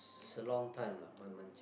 it's a long time lah